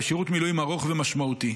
ושירות מילואים ארוך ומשמעותי.